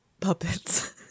puppets